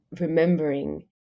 remembering